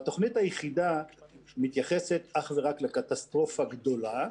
התוכנית היחידה מתייחסת אך ורק לקטסטרופה גדולה,